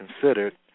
considered